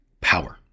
power